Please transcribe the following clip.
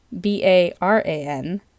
B-A-R-A-N